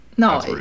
No